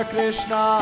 Krishna